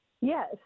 Yes